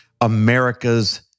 America's